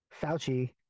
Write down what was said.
Fauci